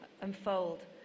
unfold